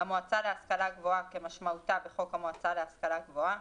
"המועצה להשכלה גבוהה" כמשמעותה בחוק המועצה להשכלה גבוהה,